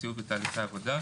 הציוד ותהליכי העבודה,